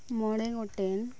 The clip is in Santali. ᱢᱚᱬᱮ ᱜᱚᱴᱮᱱ